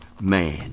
man